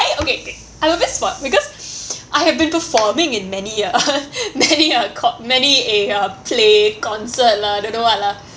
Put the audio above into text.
I okay okay I'm a bit spoilt because I have been performing in many uh many uh con~ many a uh play concert lah don't know [what] lah